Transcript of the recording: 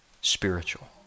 spiritual